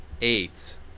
eight